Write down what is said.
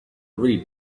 really